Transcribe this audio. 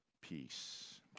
Peace